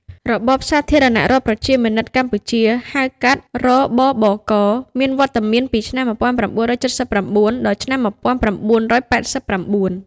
របបសាធារណរដ្ឋប្រជាមានិតកម្ពុជា ហៅកាត់ រ.ប.ប.ក. មានវត្តមានពីឆ្នាំ ១៩៧៩ ដល់ឆ្នាំ ១៩៨៩។